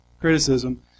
criticism